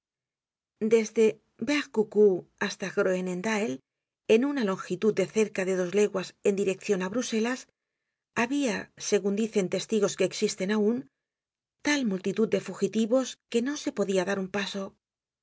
desde vert cou cou hasta groenendael en una longitud de cerca de dos leguas en direccion de bruselas habia segun dicen testigos que existen aun tal multitud de fugitivos que no se podia dar un paso